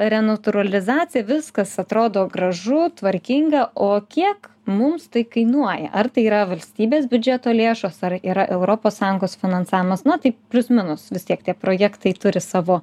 renatūralizacija viskas atrodo gražu tvarkinga o kiek mums tai kainuoja ar tai yra valstybės biudžeto lėšos ar yra europos sąjungos finansavimas na taip plius minus vis tiek tie projektai turi savo